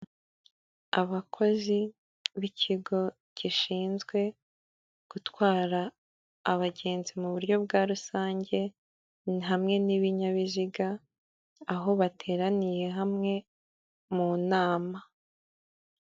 Abakozi b'ikigo gishinzwe gutwara abagenzi mu buryo bwa rusange hamwe n'ibinyabiziga, aho bateraniye hamwe mu nama.